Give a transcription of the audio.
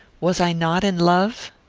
was i not in love?